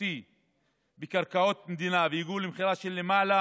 משמעותי בקרקעות מדינה והביאו למכירה של למעלה